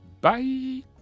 Bye